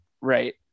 Right